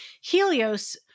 Helios